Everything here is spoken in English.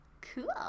Cool